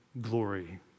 glory